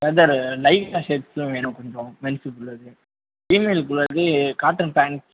Lycra shirts வேணும் கொஞ்சம் மென்சுக்குள்ளது ஃபீமேலுக்குள்ளது துணி காட்டன் பேண்ட்